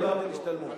לא דיברתי על השתלמות.